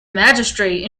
magistrate